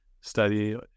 study